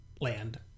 land